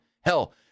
Hell